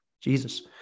Jesus